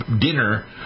dinner